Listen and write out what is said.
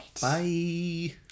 Bye